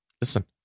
listen